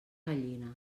gallina